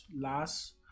last